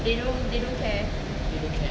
they don't care ah